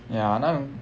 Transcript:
ya now